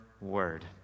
word